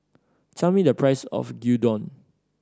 tell me the price of Gyudon